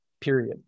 period